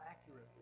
accurately